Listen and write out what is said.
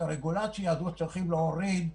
את הרגולציה הזו צריכים להוריד,